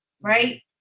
right